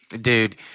Dude